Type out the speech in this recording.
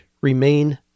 remain